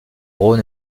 rhône